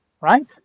right